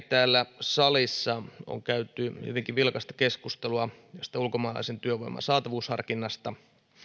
täällä salissa on käyty hyvinkin vilkasta keskustelua ulkomaalaisen työnvoiman saatavuusharkinnasta